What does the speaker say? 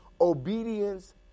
Obedience